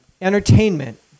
Entertainment